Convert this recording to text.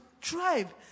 drive